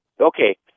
Okay